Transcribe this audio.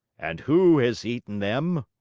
and who has eaten them?